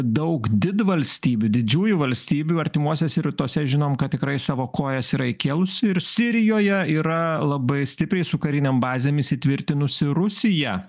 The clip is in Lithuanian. daug didvalstybių didžiųjų valstybių artimuosiuose rytuose žinom kad tikrai savo kojas yra įkėlusi ir sirijoje yra labai stipriai su karinėm bazėm įtvirtinusi rusija